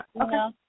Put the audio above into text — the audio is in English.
Okay